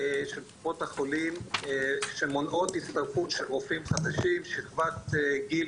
של קופות החולים שמונעות הצטרפות של רופאים חדשים בשכבת גיל